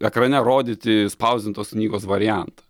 ekrane rodyti spausdintos knygos variantą